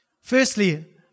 firstly